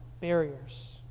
barriers